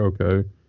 okay